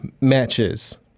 matches